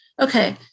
Okay